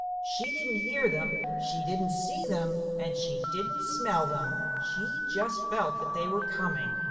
she didn't hear them, she didn't see them, and she didn't smell them she just felt that they were coming.